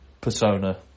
persona